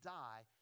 die